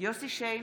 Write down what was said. יוסף שיין,